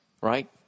right